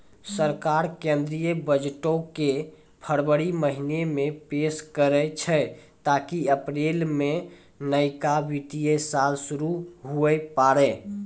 सरकार केंद्रीय बजटो के फरवरी महीना मे पेश करै छै ताकि अप्रैल मे नयका वित्तीय साल शुरू हुये पाड़ै